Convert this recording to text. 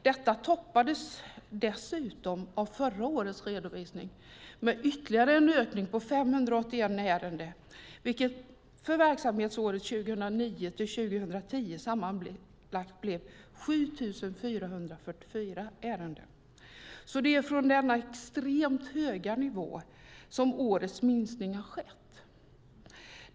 Detta toppades dessutom av förra årets redovisning med ytterligare en ökning med 581 ärenden, vilket för verksamhetsåret 2009-2010 sammanlagt blev 7 444 ärenden. Det är från denna extremt höga nivå som årets minskning har skett.